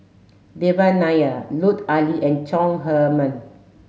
Devan Nair Lut Ali and Chong Herman